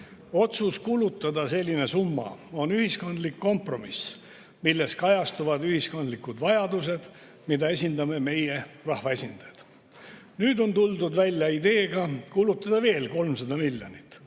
Otsus kulutada selline summa on ühiskondlik kompromiss, milles kajastuvad ühiskondlikud vajadused, mida esindame meie, rahvaesindajad. Nüüd on tuldud välja ideega kulutada veel 300 miljonit.